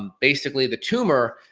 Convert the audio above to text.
um basically the tumor,